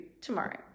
tomorrow